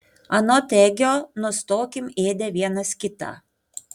anot egio nustokim ėdę vienas kitą